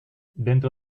dentro